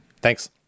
Thanks